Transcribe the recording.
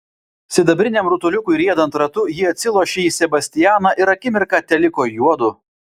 sidabriniam rutuliukui riedant ratu ji atsilošė į sebastianą ir akimirką teliko juodu